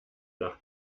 nach